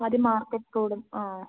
ആദ്യം market road ആ